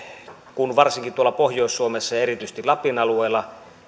kun varsinkin tuolla pohjois suomessa ja erityisesti lapin alueella